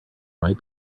might